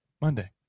Monday